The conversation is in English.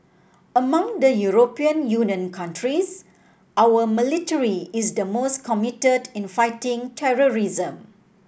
among the European Union countries our military is the most committed in fighting terrorism